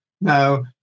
Now